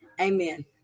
Amen